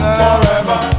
forever